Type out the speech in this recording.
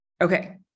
Okay